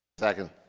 second.